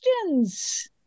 questions